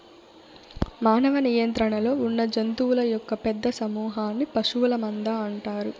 మానవ నియంత్రణలో ఉన్నజంతువుల యొక్క పెద్ద సమూహన్ని పశువుల మంద అంటారు